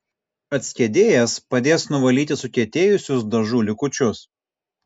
atskiedėjas padės nuvalyti sukietėjusius dažų likučius